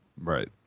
Right